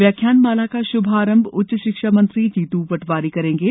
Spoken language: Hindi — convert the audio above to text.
व्याख्यानमाला का शुभारंभ उच्च शिक्षा मंत्री जीतू पटवारी करेंगे